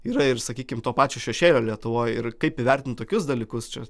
yra ir sakykim to pačio šešėlio lietuvoj ir kaip įvertint tokius dalykus čia